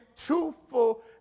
truthful